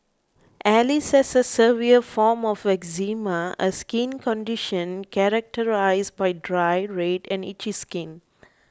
Alice has a severe form of eczema a skin condition characterised by dry red and itchy skin